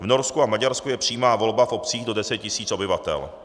V Norsku a Maďarsku je přímá volba v obcích do deseti tisíc obyvatel.